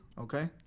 Okay